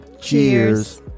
cheers